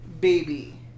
baby